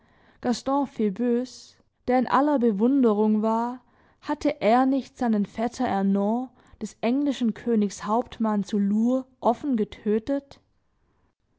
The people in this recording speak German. gaston phöbus der in aller bewunderung war hatte er nicht seinen vetter ernault des englischen königs hauptmann zu lourdes offen getötet